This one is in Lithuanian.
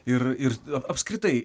ir ir apskritai